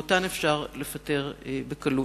ואותן אפשר לפטר בקלות.